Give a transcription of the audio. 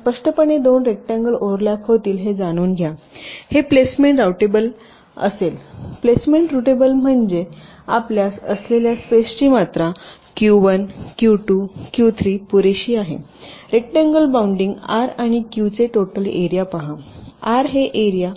स्पष्टपणे दोन रेकटांगलं ओव्हरलॅप होतील हे जाणून घ्या हे प्लेसमेंट रूटेबल असेल प्लेसमेंट रूटेबल म्हणजे आपल्यास असलेल्या स्पेसची मात्रा Q1 Q2 Q3 पुरेशी आहे रेकटांगलं बाऊंडिंग R आणि Q चे टोटल एरिया पहा आर हे एरिया